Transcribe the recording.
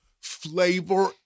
flavor